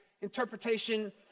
Interpretation